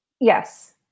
Yes